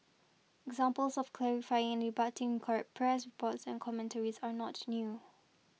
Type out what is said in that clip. examples of clarifying and rebutting correct press reports and commentaries are not new